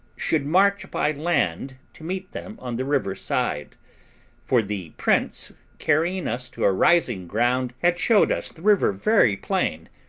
should march by land to meet them on the river side for the prince, carrying us to a rising ground, had showed us the river very plain,